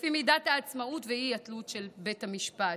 לפי מידת העצמאות והאי-תלות של בית המשפט.